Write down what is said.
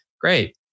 great